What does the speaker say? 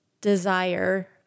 desire